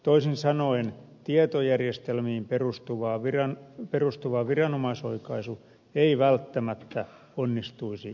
toisin sanoen tietojärjestelmiin perustuva viranomaisoikaisu ei välttämättä onnistuisi lainkaan